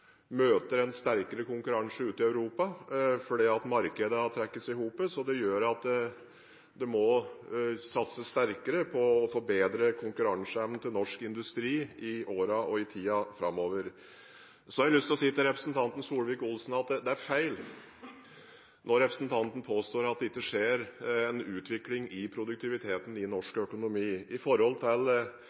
møter en sterkere konkurranse ute i Europa, fordi markedet har trukket seg sammen. Det gjør at det må satses sterkere på å forbedre konkurranseevnen til norsk industri i årene og i tiden framover. Så har jeg lyst til å si til representanten Solvik-Olsen at det er feil når representanten påstår at det ikke skjer en utvikling i produktiviteten i norsk økonomi. Hvis man går til